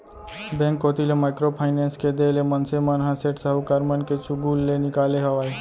bank कोती ले micro finance के देय ले मनसे मन ह सेठ साहूकार मन के चुगूल ले निकाले हावय